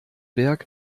werk